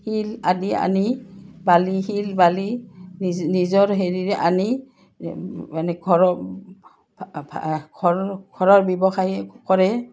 শিল আদি আনি বালি শিল বালি নিজে নিজৰ হেৰিৰে আনি মানে ঘৰৰ ঘৰৰ ঘৰৰ ব্যৱসায়ী কৰে